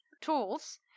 tools